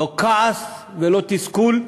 לא כעס ולא תסכול.